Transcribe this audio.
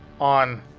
on